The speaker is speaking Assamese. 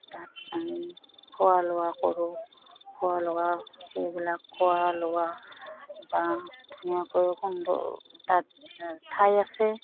তাত আমি খোৱা লোৱা কৰোঁ খোৱা লোৱা সেইবিলাক খোৱা লোৱা বা ধুনীয়াকৈ সুন্দৰ তাত ঠাই আছে